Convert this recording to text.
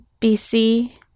BC